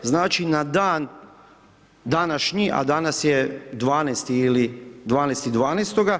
Znači na dan današnji a danas je 12. ili 12.12.